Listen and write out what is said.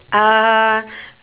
uh